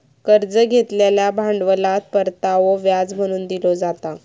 कर्ज घेतलेल्या भांडवलात परतावो व्याज म्हणून दिलो जाता